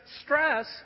stress